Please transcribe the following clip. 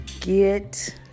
Get